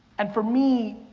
and for me,